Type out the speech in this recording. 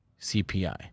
cpi